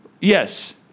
yes